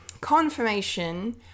confirmation